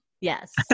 yes